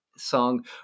song